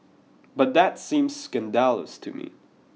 but that seems scandalous to me